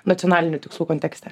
nacionalinių tikslų kontekste